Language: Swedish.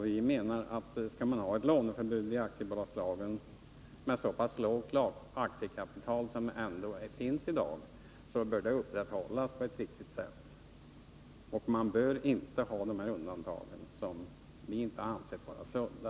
Vi anser att skall man ha ett låneförbud i aktiebolagslagen med så pass lågt aktiekapital som det ändå är i dag, så bör det upprätthållas på ett riktigt sätt, och man bör inte ha dessa undantag, som vi inte anser vara sunda.